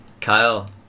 Kyle